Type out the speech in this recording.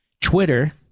Twitter